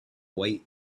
wait